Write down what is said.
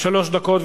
שלוש דקות.